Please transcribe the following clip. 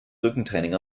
rückentraining